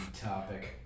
topic